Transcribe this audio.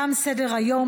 תם סדר-היום.